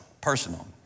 personal